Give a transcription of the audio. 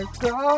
go